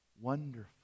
wonderful